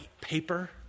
paper